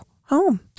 home